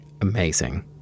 Amazing